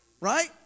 right